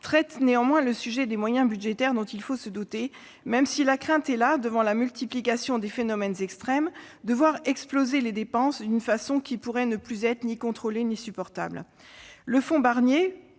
traitent néanmoins le sujet des moyens budgétaires dont il faut se doter, même si, devant la multiplication des phénomènes extrêmes, on peut craindre de voir exploser les dépenses d'une façon qui pourrait ne plus être contrôlée ni supportable. Le fonds Barnier,